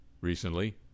recently